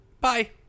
Bye